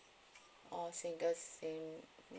orh single SIM